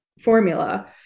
formula